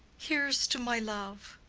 here's to my love!